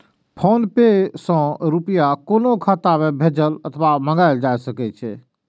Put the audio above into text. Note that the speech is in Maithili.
फोनपे सं रुपया कोनो खाता मे भेजल अथवा मंगाएल जा सकै छै